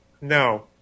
No